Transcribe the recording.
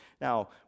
Now